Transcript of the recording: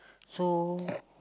so